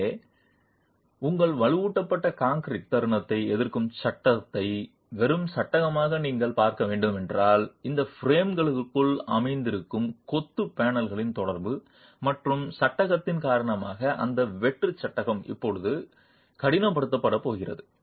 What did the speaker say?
எனவே உங்கள் வலுவூட்டப்பட்ட கான்கிரீட் தருணத்தை எதிர்க்கும் சட்டகத்தை வெறும் சட்டகமாக நீங்கள் பார்க்க வேண்டுமென்றால் இந்த பிரேம்களுக்குள் அமர்ந்திருக்கும் கொத்து பேனல்களின் தொடர்பு மற்றும் சட்டகத்தின் காரணமாக அந்த வெற்று சட்டகம் இப்போது கடினப்படுத்தப்படப்போகிறது